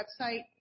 website